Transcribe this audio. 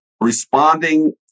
responding